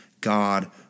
God